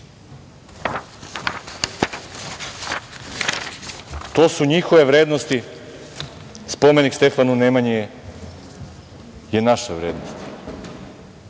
su njihove vrednosti. Spomenik Stefanu Nemanji je naša vrednost.Zašto